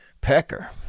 pecker